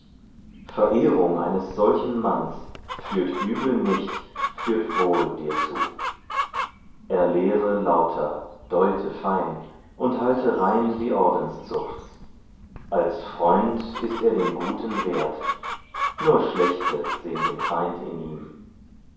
verehrung eines solchen manns führt übel nicht führt wohl dir zu er lehre lauter deute fein und halte rein die ordenszucht als freund ist er den guten wert nur schlechte sehn den feind in ihm